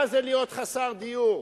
מה זה להיות חסר דיור,